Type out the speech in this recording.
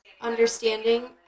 understanding